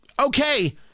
Okay